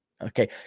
okay